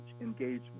engagement